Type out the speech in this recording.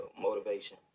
motivation